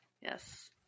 yes